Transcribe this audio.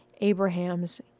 Abraham's